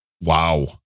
Wow